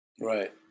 right